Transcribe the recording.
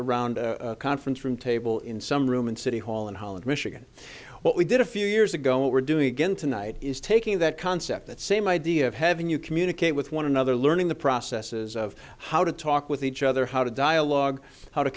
around a conference room table in some room in city hall in holland michigan what we did a few years ago what we're doing again tonight is taking that concept that same idea of having you communicate with one another learning the processes of how to talk with each other how to dialogue how to